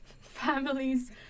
families